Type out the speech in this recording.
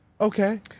Okay